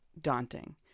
daunting